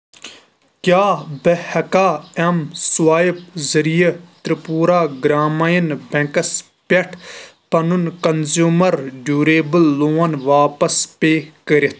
کیٛاہ بہٕ ہٮ۪کا ایٚم سٕوایپ ذٔریعہٕ تِرٛپوٗرا گرٛامیٖن بیٚنٛکَس پٮ۪ٹھ پَنُن کنٛزیٛوٗمر ڈیوٗریبٕل لون واپس پے کٔرِتھ